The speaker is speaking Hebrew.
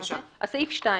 "2.